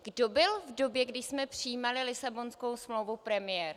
Kdo byl v době, kdy jsme přijímali Lisabonskou smlouvu premiér?